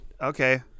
Okay